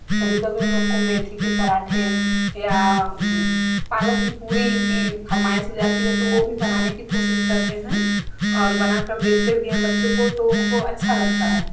कभी कभी उन लोग को मेथी के पराँठे या पालक की पूरी की फ़रमाइश हो जाती है तो वो भी बनाने की कोशिश करते हैं और बनाकर देते भी हैं बच्चों को तो उनको अच्छा लगता है